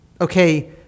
okay